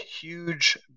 huge